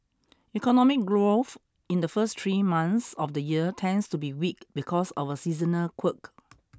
economic growth in the first three months of the year tends to be weak because of a seasonal quirk